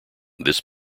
this